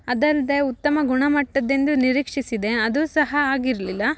ಅದಲ್ಲದೆ ಉತ್ತಮ ಗುಣಮಟ್ಟದಿಂದು ನಿರೀಕ್ಷಿಸಿದೆ ಅದು ಸಹ ಆಗಿರಲಿಲ್ಲ